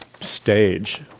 stage